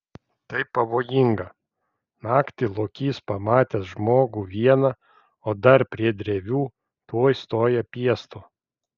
tai pavojinga naktį lokys pamatęs žmogų vieną o dar prie drevių tuoj stoja piestu